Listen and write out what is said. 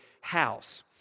house